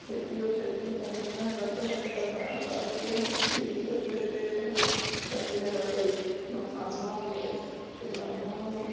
ਛੇਤੀ ਤੋਂ ਛੇਤੀ ਪਹੁੰਚਣਾ ਹੈਗਾ ਅਤੇ ਮੈਂ ਨਿਕਲਣਾ ਹੈਗਾ ਅੱਗੇ ਦਿੱਲੀ ਵਾਸਤੇ ਤੇ ਤਾਂ ਕਿ ਮੇਰਾ ਕੋਈ ਨੁਕਸਾਨ ਨਾ ਹੋ ਜਾਵੇ ਅਤੇ ਮੈਨੂੰ